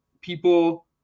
people